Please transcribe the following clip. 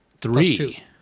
Three